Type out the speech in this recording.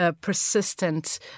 persistent